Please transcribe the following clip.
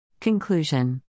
Conclusion